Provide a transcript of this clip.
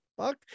fuck